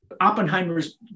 Oppenheimer's